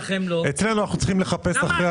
אצלנו אנחנו צריכים לחפש אחרי הרוח.